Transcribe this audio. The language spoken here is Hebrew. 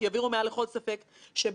דב, בבקשה.